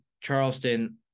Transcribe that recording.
Charleston